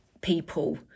people